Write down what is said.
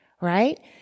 right